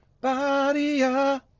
body